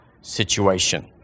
situation